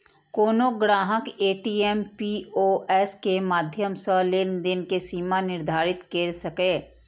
कोनो ग्राहक ATM, POS के माध्यम सं लेनदेन के सीमा निर्धारित कैर सकैए